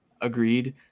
agreed